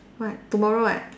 what tomorrow what